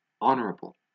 honorable